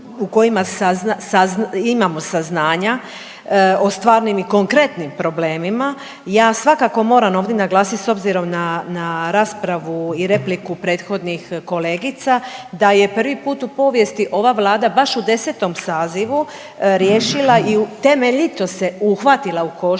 u kojima sazna, imamo saznanja o stvarnim i konkretnim problemima. Ja svakako ovdje moram naglasiti s obzirom na raspravu i repliku prethodnih kolegica da je prvi put u povijesti ova Vlada baš u 10. sazivu riješila i temeljito se uhvatila u koštac